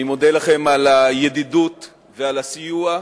אני מודה לכם על הידידות ועל הסיוע.